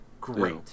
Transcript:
great